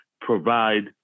provide